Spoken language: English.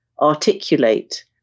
articulate